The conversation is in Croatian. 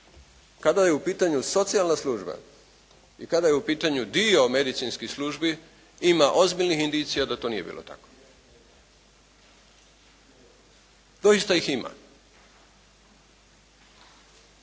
kada je u pitanju socijalna služba i kada je u pitanju dio medicinskih službi ima ozbiljnih indicija da to nije bilo tako. Doista ih ima.